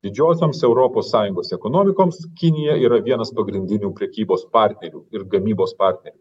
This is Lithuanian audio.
didžiosioms europos sąjungos ekonomikoms kinija yra vienas pagrindinių prekybos partnerių ir gamybos partnerių